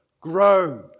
grow